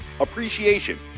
Appreciation